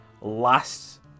last